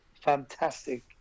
fantastic